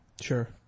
sure